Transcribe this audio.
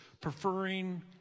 preferring